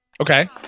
Okay